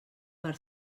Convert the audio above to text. per